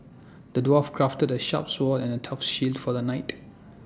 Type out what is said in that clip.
the dwarf crafted A sharp sword and A tough shield for the knight